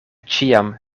ĉiam